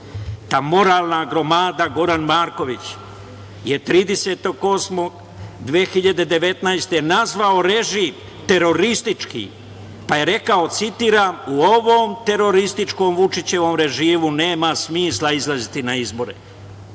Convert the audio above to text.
moralna gromada, Goran Marković je 30. avgusta 2019. godine nazvao režim teroristički, pa je rekao, citiram : „U ovom terorističkom Vučićevom režimu nema smisla izlaziti na izbore.“,